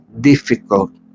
difficult